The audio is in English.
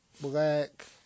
Black